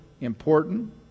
important